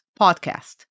podcast